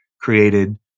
created